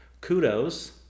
kudos